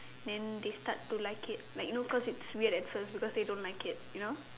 then they start to like it like you know it's weird at first because they don't like it you know